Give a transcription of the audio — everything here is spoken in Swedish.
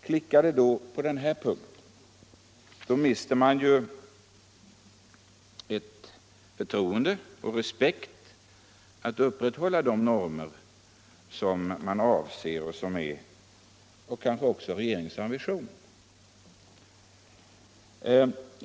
Klickar det på den här punkten, då mister man ett förtroende och respekten för upprätthållandet av de normer som kanske är regeringens ambition.